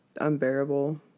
unbearable